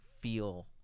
feel